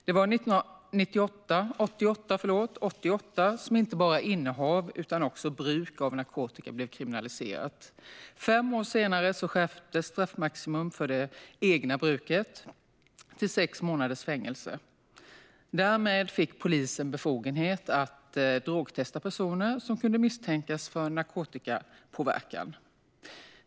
Det var 1988 som inte bara innehav utan också bruk av narkotika blev kriminaliserat. Fem år senare skärptes straffmaximum för det egna bruket till sex månaders fängelse. Därmed fick polisen befogenhet att drogtesta personer som kunde misstänkas för narkotikapåverkan.